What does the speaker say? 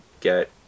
get